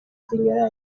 zinyuranye